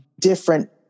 different